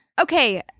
okay